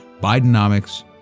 Bidenomics